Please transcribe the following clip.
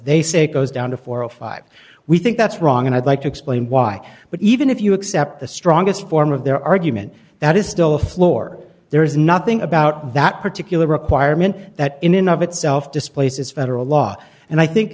they say goes down to four or five we think that's wrong and i'd like to explain why but even if you accept the strongest form of their argument that is still a floor there is nothing about that particular requirement that in and of itself displaces federal law and i think